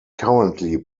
currently